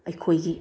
ꯑꯩꯈꯣꯏꯒꯤ